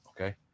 Okay